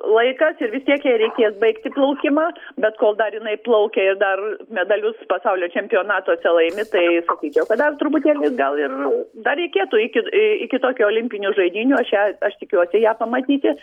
laikas ir vis tiek jai reikės baigti plaukimą bet kol dar jinai plaukia ir dar medalius pasaulio čempionatuose laimi tai sakyčiau kad dar truputėlį gal ir dar reikėtų iki iki tokijo olimpinių žaidynių aš ją aš tikiuosi ją pamatyti